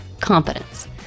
competence